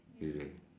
you see